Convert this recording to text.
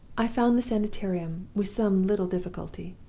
i found the sanitarium with some little difficulty.